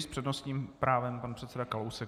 S přednostním právem pan předseda Kalousek.